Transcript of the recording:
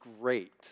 great